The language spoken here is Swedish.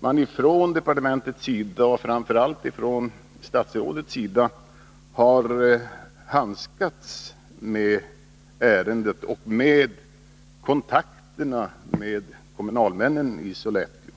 man från departementets och framför allt från statsrådets sida har handskats med ärendet och skött kontakterna med kommunalmännen i Sollefteå.